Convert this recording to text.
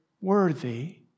worthy